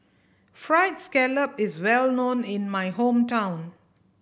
Fried Scallop is well known in my hometown